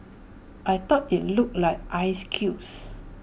I thought IT looked like ice cubes